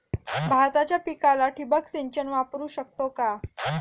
भाताच्या पिकाला ठिबक सिंचन वापरू शकतो का?